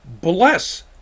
bless